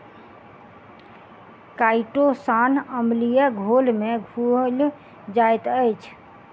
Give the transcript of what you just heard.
chitosan अम्लीय घोल में घुइल जाइत अछि